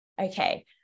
okay